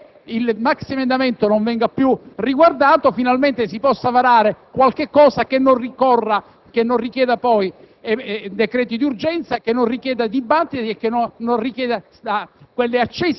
talché il maxiemendamento non venga più riguardato e finalmente si possa varare un testo che non richieda poi decreti d'urgenza, che non richieda dibattiti, che non richieda quelle